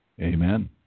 Amen